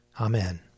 Amen